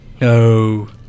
No